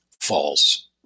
false